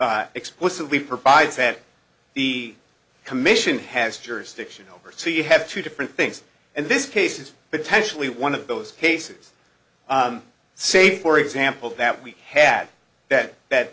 five explicitly provides that the commission has jurisdiction over so you have two different things and this case is potentially one of those cases say for example that we had that that